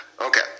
Okay